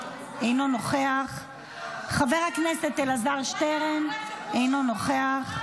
אינו נוכח, חבר הכנסת אלעזר שטרן, אינו נוכח,